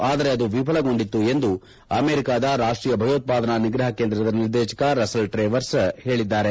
ಆದರೆ ಅದು ವಿಫಲಗೊಂಡಿತ್ತು ಎಂದು ಅಮೆರಿಕದ ರಾಷ್ಟೀಯ ಭೆಯೋತ್ಪಾದನಾ ನಿಗ್ರಹ ಕೇಂದ್ರದ ನಿರ್ದೇಶಕ ರಸಲ್ ಟ್ರೇವರ್ಸ್ ಹೇಳಿದ್ದಾರೆ